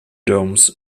domes